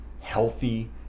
healthy